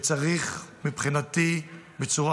ומבחינתי, צריך